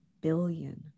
billion